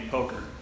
Poker